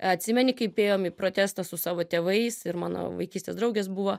atsimeni kaip ėjom į protestą su savo tėvais ir mano vaikystės draugės buvo